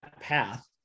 path